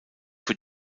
für